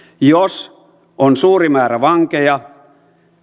jos on suuri määrä vankeja